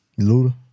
Luda